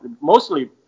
mostly